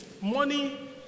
money